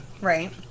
Right